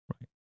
Right